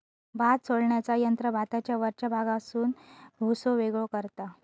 भात सोलण्याचा यंत्र भाताच्या वरच्या भागापासून भुसो वेगळो करता